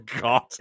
God